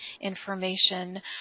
information